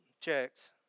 checks